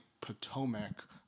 Potomac